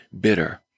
bitter